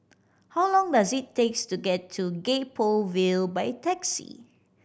how long does it takes to get to Gek Poh Ville by taxi